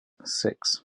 six